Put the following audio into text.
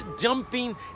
jumping